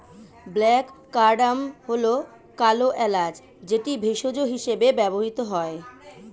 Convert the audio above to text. black cardamom হল কালো এলাচ যেটি ভেষজ হিসেবে ব্যবহৃত হয়